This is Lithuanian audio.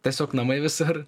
tiesiog namai visur